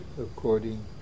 according